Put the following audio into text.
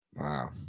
Wow